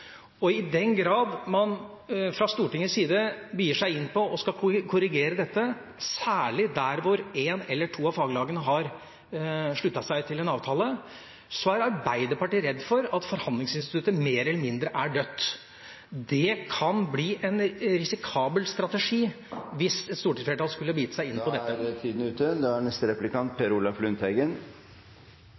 I den grad man fra Stortingets side begir seg inn på å skulle korrigere dette, særlig der én eller to av faglagene har sluttet seg til en avtale, er Arbeiderpartiet redd for at forhandlingsinstituttet mer eller mindre er dødt. Det kunne blitt en risikabel strategi hvis stortingsflertallet skulle begitt seg inn på det. Jordbrukets samfunnsrolle er matvaresikkerhet, og det vi snakker om nå, er